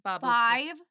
Five